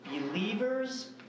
believers